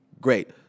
Great